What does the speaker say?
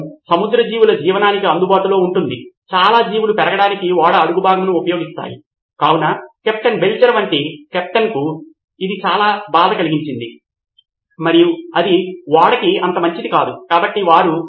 కాబట్టి మనము ఉపాధ్యాయుల నోట్స్లను పొందుపరచగలిగితే మరియు ఆమె తరగతి నుండి వచ్చిన విద్యార్థుల నుండి ప్రాథమికంగా అర్థం చేసుకోగలిగితే మరియు అన్నింటినీ సాధారణ రిపోజిటరీలో పొందుపరచవచ్చు ఇందులో ప్రతి విద్యార్థి నేర్చుకోవటానికి నోట్స్ యొక్క సవరించదగిన తుది సంస్కరణ ఉంటుంది